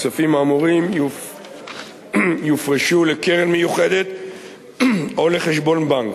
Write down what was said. הכספים האמורים יופרשו לקרן מיוחדת או לחשבון בנק.